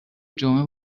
جمعه